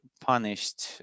punished